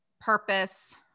purpose